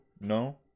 no